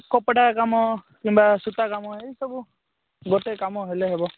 କପଡ଼ା କାମ କିମ୍ବା ସୂତାକାମ ଏହିସବୁ ଗୋଟେ କାମ ହେଲେ ହେବ